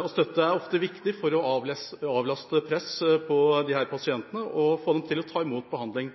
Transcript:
og støtte er ofte viktig for å avlaste presset på disse pasientene og få dem til å ta imot behandling.